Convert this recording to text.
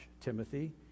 Timothy